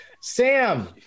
Sam